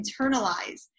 internalize